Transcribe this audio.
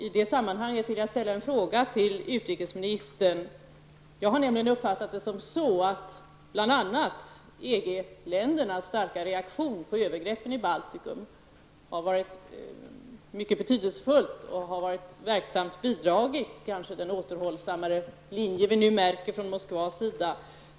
I det sammanhanget vill jag säga till utrikesministern att jag har uppfattat det så, att bland annat EG ländernas starka reaktion på övergreppen i Baltikum har varit betydelsefull och verksamt har bidragit till den återhållsammare linje vi nu märker från Moskvas sida.